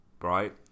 right